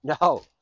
No